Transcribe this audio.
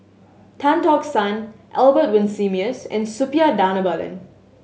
Tan Tock San Albert Winsemius and Suppiah Dhanabalan